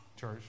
church